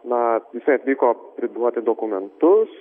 na jisai atvyko priduoti dokumentus